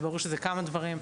זה ברור שזה כמה דברים.